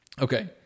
Okay